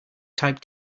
type